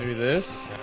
this?